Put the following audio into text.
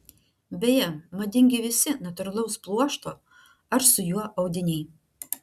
beje madingi visi natūralaus pluošto ar su juo audiniai